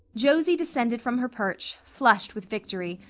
josie descended from her perch, flushed with victory,